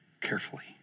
carefully